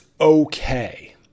okay